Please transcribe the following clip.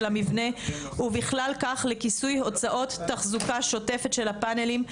המבנה ובכלל כך לכיסוי הוצאות תחזוקה שוטפת של הפאנלים,